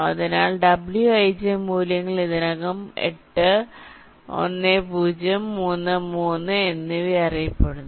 അതിനാൽ wij മൂല്യങ്ങൾ ഇതിനകം 8 10 3 3 എന്നിവ അറിയപ്പെടുന്നു